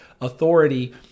authority